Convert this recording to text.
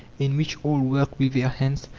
in which all worked with their hands,